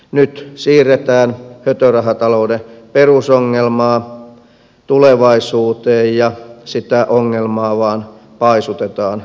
nyt siirretään hötörahatalouden perusongelmaa tulevaisuuteen ja sitä ongelmaa vain paisutetaan entisestään